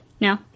No